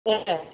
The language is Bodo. एह